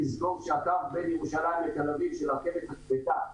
נזכור שהקו בין ירושלים לתל-אביב של הרכבת הכבדה,